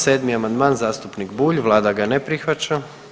7. amandman, zastupnik Bulj, Vlada ga ne prihvaća.